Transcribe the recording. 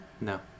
No